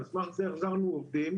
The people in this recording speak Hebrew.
על סמך זה החזרנו עובדים'